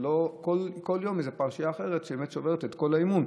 ולא כל יום איזו פרשייה אחרת שבאמת שוברת את כל האמון.